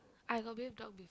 I got bathe dog before